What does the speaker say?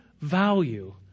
value